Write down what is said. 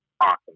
awesome